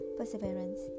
Perseverance